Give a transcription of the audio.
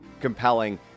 compelling